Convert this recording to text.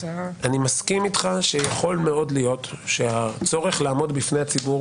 אני מסכים איתך שיכול מאוד להיות שהצורך לעמוד בפני הציבור